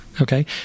okay